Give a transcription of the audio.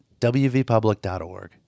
wvpublic.org